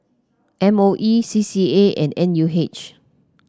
M O E C C A and N U H